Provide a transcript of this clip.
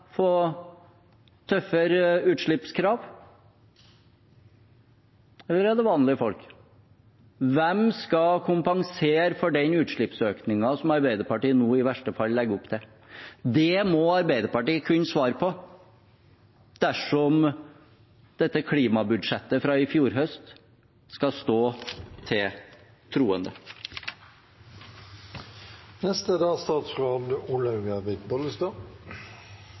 få tøffere utslippskrav, eller er det vanlige folk? Hvem skal kompensere for den utslippsøkningen som Arbeiderpartiet nå i verste fall legger opp til? Det må Arbeiderpartiet kunne svare på dersom dette klimabudsjettet fra i fjor høst skal stå til troende.